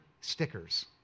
stickers